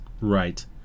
Right